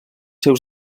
seus